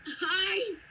Hi